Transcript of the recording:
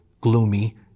gloomy